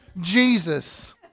Jesus